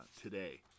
today